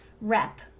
rep